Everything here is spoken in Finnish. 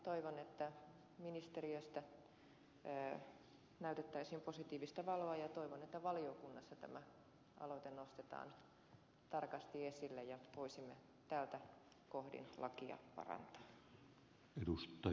toivon että ministeriöstä näytettäisiin positiivista valoa ja toivon että valiokunnassa tämä aloite nostetaan tarkasti esille ja voisimme tältä kohdin lakia parantaa